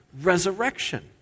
resurrection